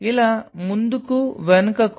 ఇలా ముందుకు వెనుకకు